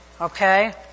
Okay